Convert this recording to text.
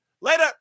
Later